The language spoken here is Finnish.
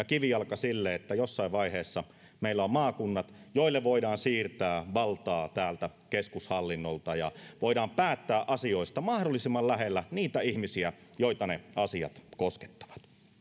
kivijalka sille että jossain vaiheessa meillä on maakunnat joille voidaan siirtää valtaa täältä keskushallinnolta ja että asioista voidaan päättää mahdollisimman lähellä niitä ihmisiä joita ne asiat koskettavat